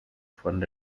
von